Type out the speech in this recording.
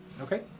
Okay